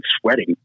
sweating